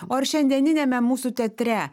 o ar šiandieniniame mūsų teatre